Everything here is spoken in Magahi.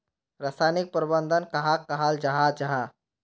रासायनिक प्रबंधन कहाक कहाल जाहा जाहा?